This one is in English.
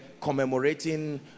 commemorating